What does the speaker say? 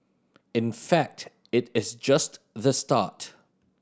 in fact it is just the start